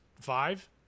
five